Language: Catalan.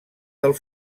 del